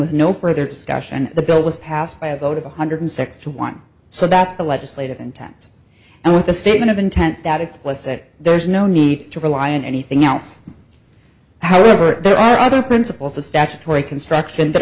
with no further discussion the bill was passed by a vote of one hundred six to one so that's the legislative intent and with the statement of intent that explicit there is no need to rely on anything else however there are other principles of statutory construction